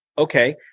Okay